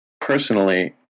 personally